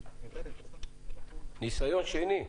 הכלכלה, ניסיון שני,